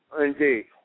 Indeed